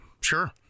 Sure